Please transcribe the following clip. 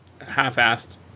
half-assed